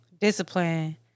discipline